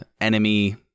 enemy